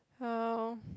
ya loh